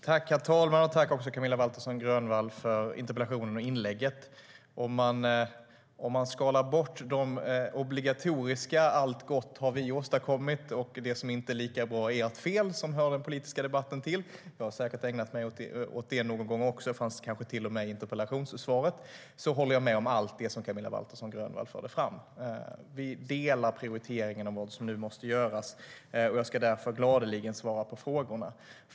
Herr talman! Jag tackar Camilla Waltersson Grönvall för interpellationen och inlägget. Om man skalar bort de obligatoriska "Allt gott har vi åstadkommit, och det som inte är lika bra är ert fel", som hör den politiska debatten till - jag har säkert ägnat mig åt det någon gång också, kanske till och med i interpellationssvaret - håller jag med om allt som Camilla Waltersson Grönvall framförde. Vi delar synen på de prioriteringar som nu måste göras. Jag ska därför gladeligen svara på frågorna.